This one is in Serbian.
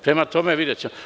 Prema tome, videćemo.